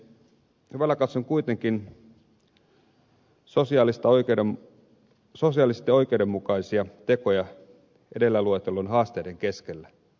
hyvällä katson kuitenkin sosiaalisesti oikeudenmukaisia tekoja edellä lueteltujen haasteiden keskellä